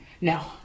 no